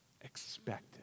expected